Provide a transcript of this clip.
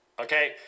Okay